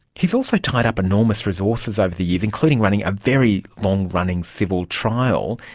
he has also tied up enormous resources over the years, including running a very long-running civil trial,